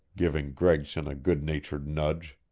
giving gregson a good-natured nudge.